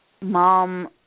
mom